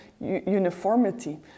uniformity